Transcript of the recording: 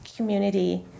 community